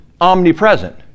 omnipresent